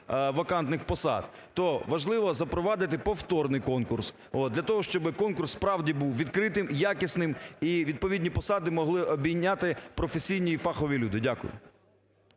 вакантних посад, то важливо запровадити повторний конкурс. Для того, щоб конкурс, справді, був відкритим, якісним і відповідні посади могли обійняти професійні і фахові люди. Дякую.